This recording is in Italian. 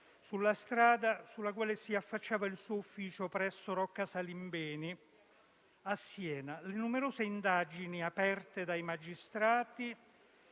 sulla strada sulla quale si affacciava il suo ufficio presso Rocca Salimbeni, a Siena. Le numerose indagini aperte dai magistrati,